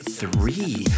three